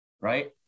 right